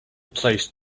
placed